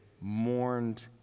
mourned